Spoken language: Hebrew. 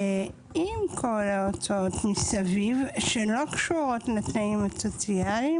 עם כל ההוצאות מסביב שהן לא קשורות לחיים הסוציאליים,